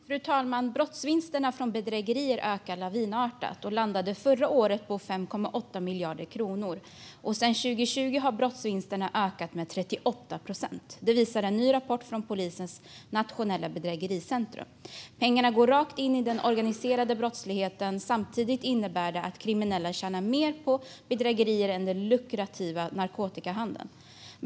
Fru talman! Brottsvinster från bedrägerier ökar lavinartat och landade förra året på 5,8 miljarder kronor. Sedan 2020 har brottsvinsterna ökat med 38 procent. Detta visar en ny rapport från polisens nationella bedrägericentrum. Pengarna går rakt in i den organiserade brottsligheten. Samtidigt innebär det att kriminella tjänar mer på bedrägerier än på den lukrativa narkotikahandeln.